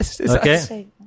Okay